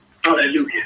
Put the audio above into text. hallelujah